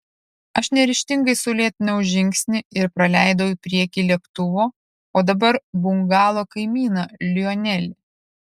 aš neryžtingai sulėtinau žingsnį ir praleidau į priekį lėktuvo o dabar bungalo kaimyną lionelį